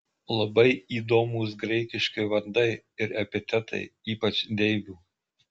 labai įdomūs graikiški vardai ir epitetai ypač deivių